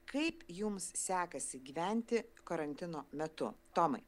kaip jums sekasi gyventi karantino metu tomai